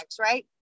right